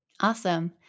Awesome